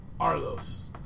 Arlos